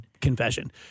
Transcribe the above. confession